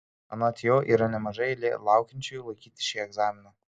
anot jo yra nemaža eilė laukiančiųjų laikyti šį egzaminą